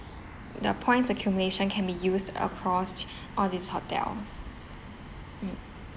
the points accumulation can be used across all these hotels mm